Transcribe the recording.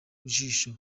jisho